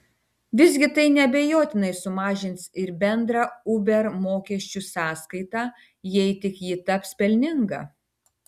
visgi tai neabejotinai sumažins ir bendrą uber mokesčių sąskaitą jei tik ji taps pelninga